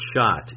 shot